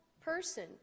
person